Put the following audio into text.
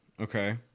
okay